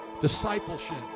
discipleship